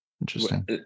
Interesting